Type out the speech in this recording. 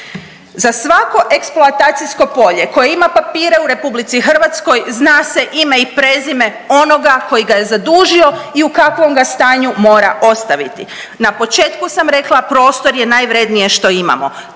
Za svako eksploatacijsko polje koje ima papire u RH zna se ime i prezime onoga koji ga je zadužio i u kakvom ga stanju mora ostaviti. Na početku sam rekla prostor je najvrijednije što imamo.